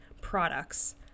products